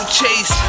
chase